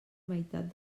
meitat